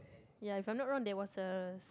ya if I'm not wrong there was a